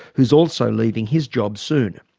who's also leaving his job soon.